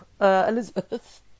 Elizabeth